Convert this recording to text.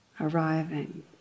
arriving